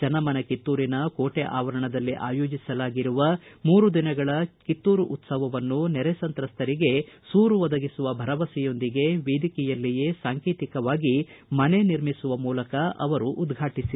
ಚನ್ನಮ್ನನ ಕಿತ್ತೂರಿನ ಕೋಟೆ ಆವರಣದಲ್ಲಿ ಆಯೋಜಿಸಲಾಗಿರುವ ಮೂರು ದಿನಗಳ ಚನ್ನಮ್ನ ಕಿತ್ತೂರು ಉತ್ಸವವನ್ನು ನೆರೆಸಂತ್ರಸ್ತರಿಗೆ ಸೂರು ಒದಗಿಸುವ ಭರವಸೆಯೊಂದಿಗೆ ವೇದಿಕೆಯಲ್ಲಿಯೇ ಸಾಂಕೇತಿಕವಾಗಿ ಮನೆಯನ್ನು ನಿರ್ಮಿಸುವ ಮೂಲಕ ಅವರು ಉದ್ವಾಟಿಸಿದರು